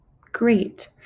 great